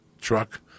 truck